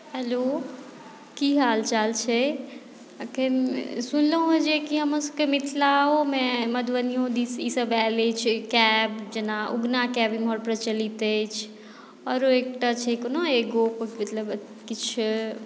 hello की हाल चाल छै अखन सुनलहुँ हेँ जे कि हमरसभके मिथिलाओमे मधुबनियो दिश ईसभ आयल अछि कैब जेना उगना कैब इम्हर प्रचलित अछि आओरो एकटा छै कोनो एगो मतलब किछु